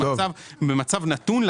במצב נתון,